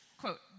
Quote